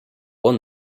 won